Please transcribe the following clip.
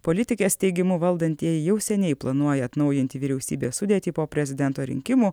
politikės teigimu valdantieji jau seniai planuoja atnaujinti vyriausybės sudėtį po prezidento rinkimų